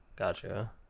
Gotcha